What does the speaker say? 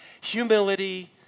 humility